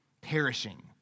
perishing